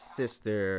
sister